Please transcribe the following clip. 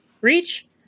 Reach